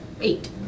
eight